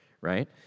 right